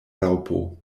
raŭpo